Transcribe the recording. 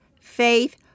faith